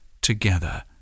together